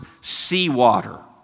seawater